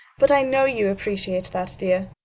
but i know you appreciate that, dear.